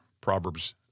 Proverbs